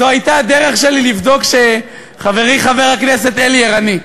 זו הייתה הדרך שלי לבדוק שחברי חבר הכנסת אלי ערני.